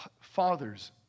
Fathers